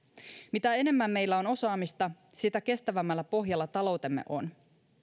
mitä enemmän meillä on osaamista sitä kestävämmällä pohjalla taloutemme on